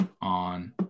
on